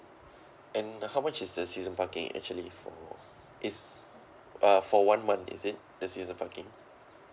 and how much is the season parking actually is uh for one month is it the season parking